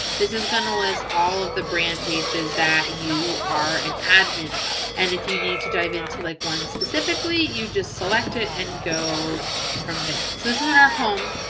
this is going to list all of the brand pages that you are an admin of and if you need to dive into like one specifically, you just select it and go from there. so this is our home.